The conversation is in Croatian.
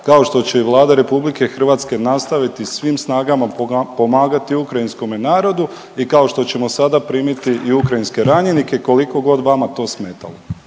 kao što će i Vlada RH nastaviti svim snagama pomagati ukrajinskome narodu i kao što ćemo sada primiti i ukrajinske ranjenike kolikogod vama to smetalo.